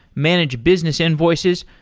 manage business invoices,